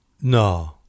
No